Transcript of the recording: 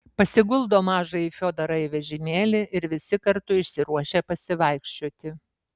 pasiguldo mažąjį fiodorą į vežimėlį ir visi kartu išsiruošia pasivaikščioti